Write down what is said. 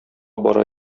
бара